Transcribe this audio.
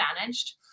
managed